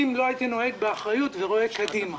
אם לא הייתי נוהג באחריות ורואה קדימה.